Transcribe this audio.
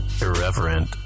irreverent